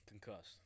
Concussed